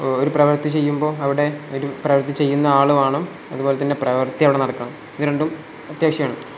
ഒരു പ്രവർത്തി ചെയ്യുമ്പോൾ അവിടെ ഒരു പ്രവർത്തി ചെയ്യുന്ന ആളുവേണം അതുപോലെ തന്നെ പ്രവർത്തി അവിടെ നടക്കണം ഇത് രണ്ടും അത്യാവശ്യമാണ്